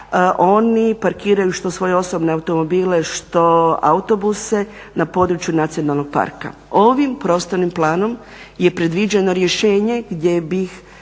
Oni parkiraju što svoje osobne automobile, što autobuse na području nacionalnog parka. Ovim prostornim planom je predviđeno rješenje gdje bi